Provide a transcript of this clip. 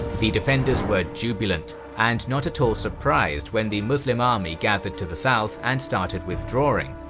the defenders were jubilant and not at all surprised when the muslim army gathered to the south and started withdrawing.